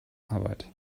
arbeit